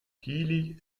dili